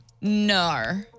No